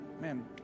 man